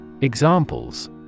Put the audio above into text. Examples